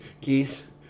Geese